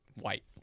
white